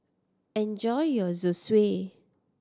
enjoy your Zosui